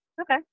Okay